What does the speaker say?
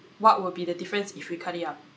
what would be the difference if we cut it out